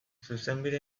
zuzenbide